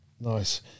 nice